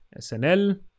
SNL